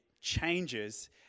changes